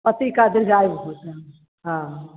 पति का दिल जायज़ होता है हाँ